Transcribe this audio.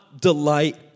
delight